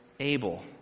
Abel